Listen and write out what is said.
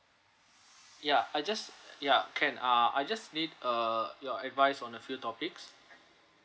ya I just ya can ah I just need err your advice on a few topics